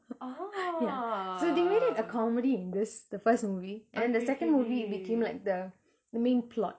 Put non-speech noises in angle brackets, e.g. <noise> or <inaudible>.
<noise> ya so they made it a comedy in this the first movie and in second movie it became like the the main plot